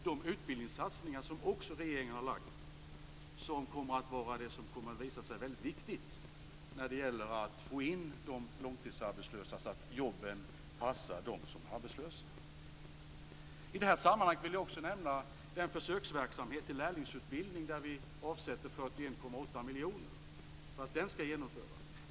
De utbildningssatsningar som regeringen också har föreslagit kommer att visa sig vara väldigt viktiga när det gäller att få in de långtidsarbetslösa så att jobben passar dem som är arbetslösa. Jag vill i detta sammanhang också nämna den försöksverksamhet avseende lärlingsutbildning till vars genomförande vi avsätter 41,8 miljoner kronor.